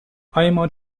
آیما